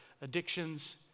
addictions